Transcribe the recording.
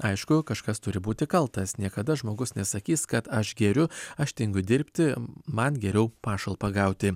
aišku kažkas turi būti kaltas niekada žmogus nesakys kad aš geriu aš tingiu dirbti man geriau pašalpą gauti